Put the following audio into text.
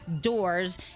doors